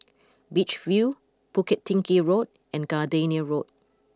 Beach View Bukit Tinggi Road and Gardenia Road